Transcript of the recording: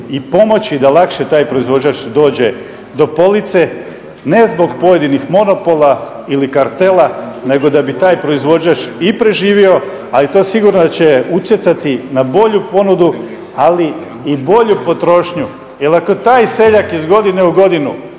i pomoći da lakše taj proizvođač dođe do police ne zbog pojedinih monopola ili kartela nego da bi taj proizvođač i preživio a i to sigurno da će utjecati na bolju ponudu ali i bolju potrošnju. Jer ako taj seljak iz godine u godinu